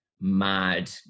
mad